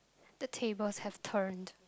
the tables have turned